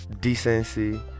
decency